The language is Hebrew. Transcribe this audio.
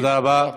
תודה רבה.